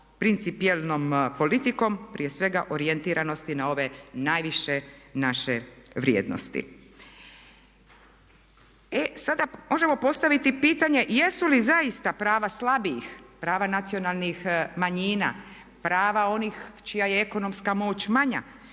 principijelnom politikom, prije svega orijentiranosti na ove najviše naše vrijednosti. E sada možemo postaviti pitanje jesu li zaista prava slabijih, prava nacionalnih manjina, prava onih čija je ekonomska moć manja,